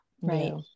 right